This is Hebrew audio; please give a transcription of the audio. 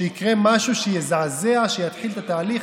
שיקרה משהו שיזעזע, שיתחיל את התהליך.